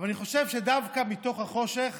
אבל אני חושב שדווקא מתוך החושך